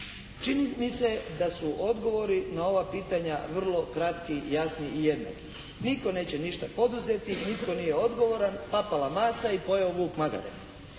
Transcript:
Čini mi se da su odgovori na ova pitanja vrlo kratki, jasni i jednaki. Nitko neće ništa poduzeti, nitko nije odgovoran, papala maca i pojeo vuk magare.